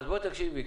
אז בואי תקשיבי.